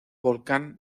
volcán